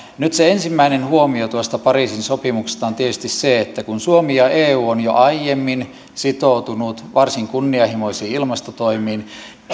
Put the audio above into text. nyt se ensimmäinen huomio tuosta pariisin sopimuksesta on tietysti se että kun suomi ja eu ovat jo aiemmin sitoutuneet varsin kunnianhimoisiin ilmastotoimiin niin